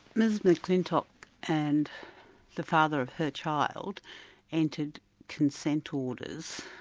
ms mcclintock and the father of her child entered consent orders,